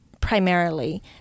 primarily